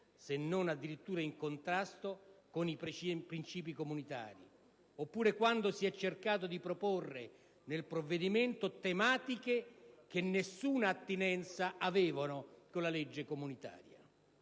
se non addirittura in contrasto, con i principi comunitari, oppure quando si è cercato di proporre nel provvedimento tematiche che nessuna attinenza avevano con la legge comunitaria.